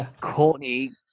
Courtney